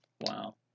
Wow